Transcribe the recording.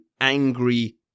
angry